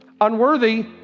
Unworthy